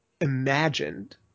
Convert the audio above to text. imagined